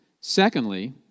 Secondly